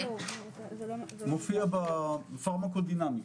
מופיע בפארמה קודינמי.